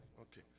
Okay